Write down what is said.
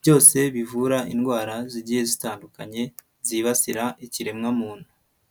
byose bivura indwara zigiye zitandukanye zibasira ikiremwamuntu.